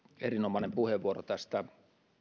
erinomainen puheenvuoro tästä